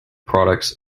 products